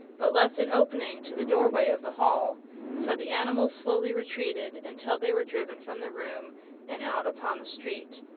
but left an opening to the doorway of the hall so the animals slowly retreated until they were driven from the room and out upon the street.